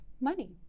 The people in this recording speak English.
money